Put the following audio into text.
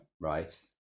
Right